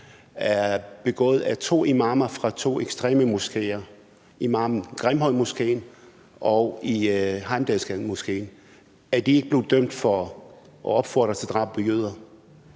drejer sig om to imamer fra to ekstreme moskeer: fra Grimhøjmoskeen og fra Heimdalsgademoskéen? Er de ikke blevet dømt for at opfordre til drab på jøder?